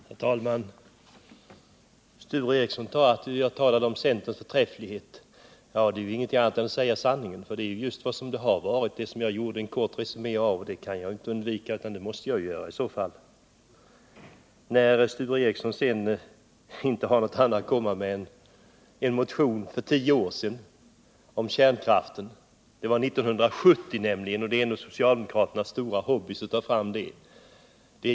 Herr talman! Sture Ericson säger att jag talat om centerns förträfflighet. Jag sade ingenting annat än sanningen när jag gjorde en kort resumé av vad som hänt. Sture Ericson har inte någonting annat att komma med än en motion om kärnkraften från 1970. Det är en av socialdemokraternas stora hobbies att ta fram den motionen.